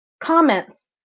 comments